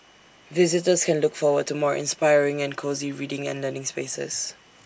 visitors can look forward to more inspiring and cosy reading and learning spaces